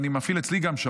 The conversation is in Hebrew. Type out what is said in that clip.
אני מפעיל גם אצלי שעון.